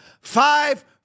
five